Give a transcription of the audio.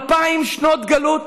אלפיים שנות גלות,